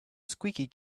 squeaky